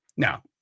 Now